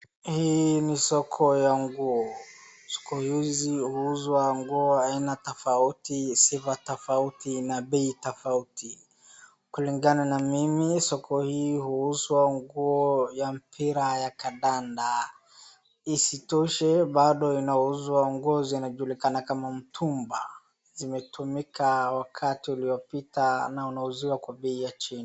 hii ni soko ya nguo soko hizi huuza aina ya nguo tofauti sifa tofauti na bei tofauti kulingana na mimi soko hii huuza nguo ya mpira ya kandanda isitoshe bado inauza nguo zinazojulikana kama mtumba zimetumika kwa wakati ulioita na unauziwa kwa bei ya chini